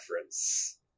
reference